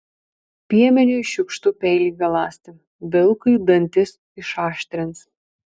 piemeniui šiukštu peilį galąsti vilkui dantis išaštrins